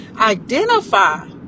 identify